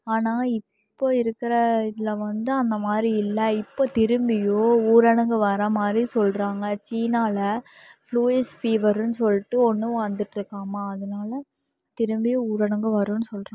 ஆனால் இப்போ இருக்கிற இதில் வந்து அந்த மாதிரி இல்லை இப்போ திரும்பியும் ஊரடங்கு வர மாதிரி சொல்லுறாங்க சீனாவில ஃப்ளூயிஸ் ஃபீவர்ன்னு சொல்லிடு ஒன்று வந்துட்டுருக்காமா அதனால் திரும்பியும் ஊரடங்கு வருன்னு சொல்றா